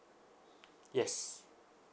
yes